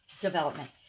development